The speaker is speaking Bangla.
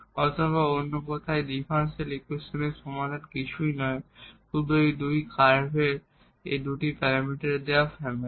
অথবা অন্য কথায় এই ডিফারেনশিয়াল ইকুয়েশনের সমাধান কিছুই নয় শুধু এই কার্ভের দুটি প্যারামিটারের দেওয়া ফ্যামিলি